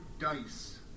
dice